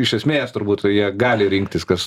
iš esmės turbūt jie gali rinktis kas